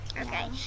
Okay